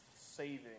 saving